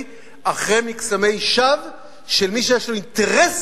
אחרי מקסמי שווא של מי שיש לו אינטרס